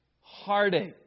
Heartache